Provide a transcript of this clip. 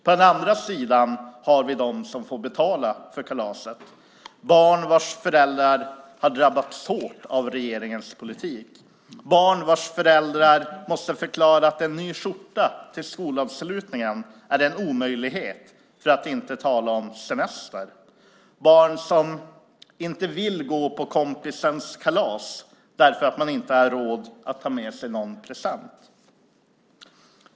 På den andra sidan har vi dem som får betala för kalaset. Det är barn vilkas föräldrar har drabbats hårt av regeringens politik, barn vilkas föräldrar måste förklara att en ny skjorta till skolavslutningen är en omöjlighet, för att inte tala om semester, eller barn som inte vill gå på kompisens kalas därför att man inte har råd att ta med sig någon present.